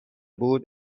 بود